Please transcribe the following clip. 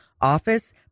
office